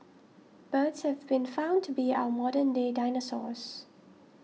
birds have been found to be our modern day dinosaurs